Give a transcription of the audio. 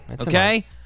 okay